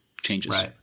changes